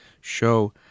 show